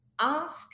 ask